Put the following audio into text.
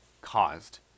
caused